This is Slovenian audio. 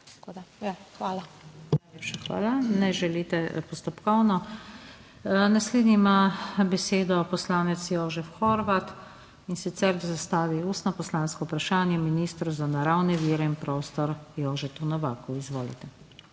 Najlepša hvala. Ne želite postopkovno. Naslednji ima besedo poslanec Jožef Horvat, in sicer bo zastavil ustno poslansko vprašanje ministru za naravne vire in prostor Jožetu Novaku. Izvolite.